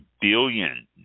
billion